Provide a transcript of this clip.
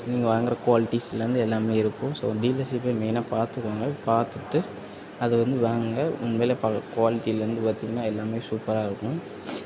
நீங்கள் வாங்குற குவாலிடீஸ்லேந்து எல்லாமே இருக்கும் ஸோ டீலர்ஷிப்பை மெயினாக பார்த்துக்கோங்க பார்த்துட்டு அதை வந்து வாங்குங்க உண்மைலே ப குவாலிடிலேந்து பார்த்தீங்கன்னா எல்லாமே சூப்பராக இருக்கும்